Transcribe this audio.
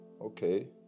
Okay